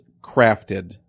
crafted